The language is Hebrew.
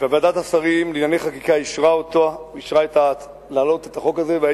ועדת השרים לענייני חקיקה אישרה להעלות את החוק הזה לקריאה טרומית,